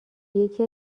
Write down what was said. یکی